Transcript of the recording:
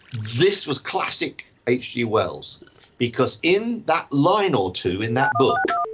this was classic hg wells because in that line or two in that book,